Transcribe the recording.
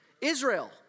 Israel